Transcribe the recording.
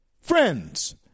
Friends